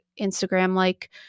Instagram-like